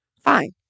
fine